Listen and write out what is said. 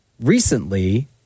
recently